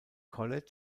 college